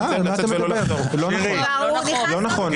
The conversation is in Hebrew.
אין לך תשובה, אין לך תשובה.